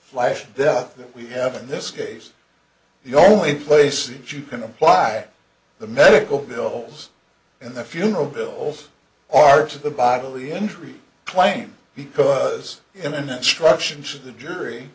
flashing death that we have in this case the only place that you can apply the medical bills in the funeral bills are to the bodily injury claim because in an instruction should the jury